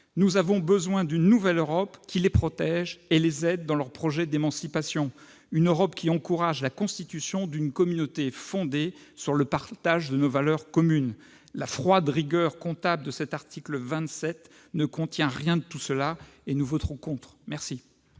Nous avons besoin d'une nouvelle Europe qui les protège et les aide dans leurs projets d'émancipation, une Europe qui encourage la constitution d'une communauté fondée sur le partage de nos valeurs communes. La froide rigueur comptable de cet article 27 ne contient rien de tout cela. Nous voterons contre. La